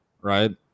right